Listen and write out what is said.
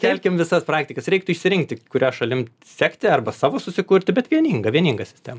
kelkim visas praktikas reiktų išsirinkti kuria šalim sekti arba savo susikurti bet vieningą vieningas ten